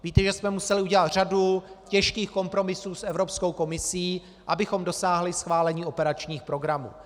Víte, že jsme museli udělat řadu těžkých kompromisů s Evropskou komisí, abychom dosáhli schválení operačních programů.